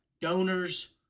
donors